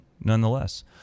nonetheless